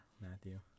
matthew